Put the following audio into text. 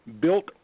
built